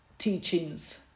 teachings